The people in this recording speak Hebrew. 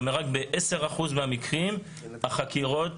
וזה אומר שרק ב-10% מהמקרים החקירות